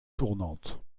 tournante